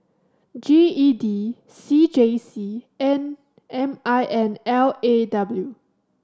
G E D C J C and M I N L A W